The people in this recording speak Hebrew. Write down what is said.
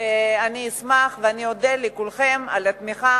אני אשמח ואני אודה לכולכם על התמיכה.